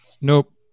Nope